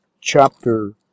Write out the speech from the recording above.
chapter